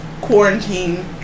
quarantine